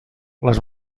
les